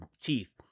teeth